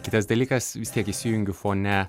kitas dalykas vis tiek įsijungiu fone